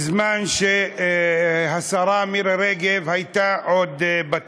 בזמן שהשרה מירי רגב כבר הייתה בתפקיד.